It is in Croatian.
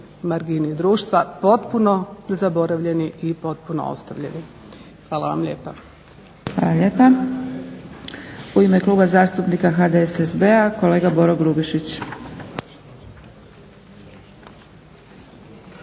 margini društva, potpuno zaboravljeni i potpuno ostavljeni. Hvala vam lijepa. **Zgrebec, Dragica (SDP)** Hvala lijepa. U ime Kluba zastupnika HDSSB-a kolega Boro Grubišić.